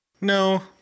No